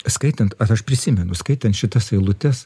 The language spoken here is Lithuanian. skaitant vat aš prisimenu skaitant šitas eilutes